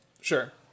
sure